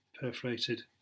perforated